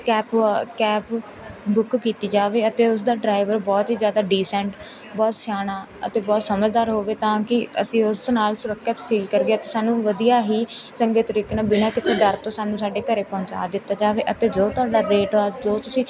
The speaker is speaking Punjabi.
ਕੈਪ ਕੈਪ ਬੁੱਕ ਕੀਤੀ ਜਾਵੇ ਅਤੇ ਉਸਦਾ ਡਰਾਈਵਰ ਬਹੁਤ ਹੀ ਜ਼ਿਆਦਾ ਡੀਸੈਂਟ ਬਹੁਤ ਸਿਆਣਾ ਅਤੇ ਬਹੁਤ ਸਮਝਦਾਰ ਹੋਵੇ ਤਾਂ ਕਿ ਅਸੀਂ ਉਸ ਨਾਲ ਸੁਰੱਖਿਅਤ ਫੀਲ ਕਰੀਏ ਅਤੇ ਸਾਨੂੰ ਵਧੀਆ ਹੀ ਚੰਗੇ ਤਰੀਕੇ ਨਾਲ ਬਿਨਾਂ ਕਿਸੇ ਡਰ ਤੋਂ ਸਾਨੂੰ ਸਾਡੇ ਘਰ ਪਹੁੰਚਾ ਦਿੱਤਾ ਜਾਵੇ ਅਤੇ ਜੋ ਤੁਹਾਡਾ ਰੇਟ ਆ ਜੋ ਤੁਸੀਂ